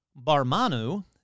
Barmanu